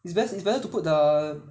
it's best it's best to put the